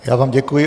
Já vám děkuji.